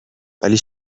ولی